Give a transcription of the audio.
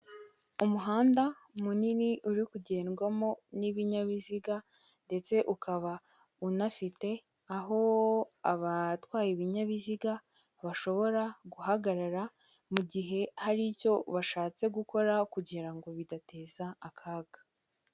Umuhanda munini uri kugendwamo n'ibinyabiziga ndetse ukaba unafite aho abatwaye ibinyabiziga bashobora guhagarara, mu gihe hari icyo bashatse gukora kugira ngo bidateza akaga.